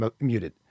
muted